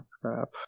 crap